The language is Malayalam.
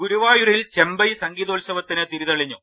ഗുരുവായൂരിൽ ചെമ്പൈ സംഗീതോത്സവത്തിന് തിരിതെളിഞ്ഞു